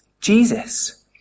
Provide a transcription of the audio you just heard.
Jesus